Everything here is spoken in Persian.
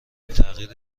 تغییر